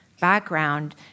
background